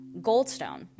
Goldstone